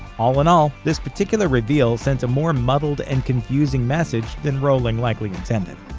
all in all, this particular reveal sent a more muddled and confusing message than rowling likely intended.